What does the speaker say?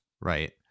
right